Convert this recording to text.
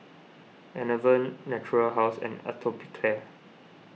Enervon Natura House and Atopiclair